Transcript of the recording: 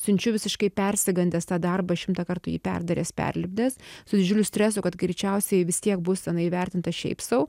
siunčiu visiškai persigandęs tą darbą šimtą kartų jį perdaręs perlipdęs su didžiuliu stresu kad greičiausiai vis tiek bus tenai įvertinta šiaip sau